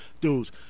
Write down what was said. dudes